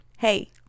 Hey